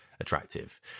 attractive